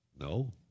no